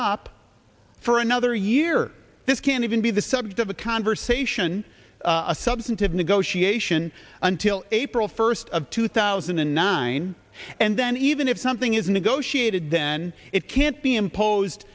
up for another year this can't even be the subject of a conversation a substantive negotiation until april first of two thousand and nine and then even if something is negotiated then it can't be imposed